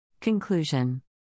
Conclusion